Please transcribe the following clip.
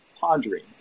pondering